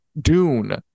Dune